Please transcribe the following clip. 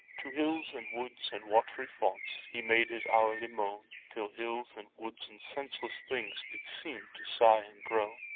to hills and woods and watry founts, he made his hourly moan, till hills and woods and senseless things did seem to sigh and groan.